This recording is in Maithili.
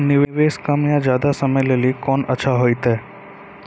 निवेश कम या ज्यादा समय के लेली कोंन अच्छा होइतै?